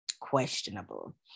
questionable